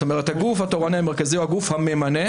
זאת אומרת, הגוף התורני המרכזי הוא הגוף הממנה